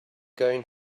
going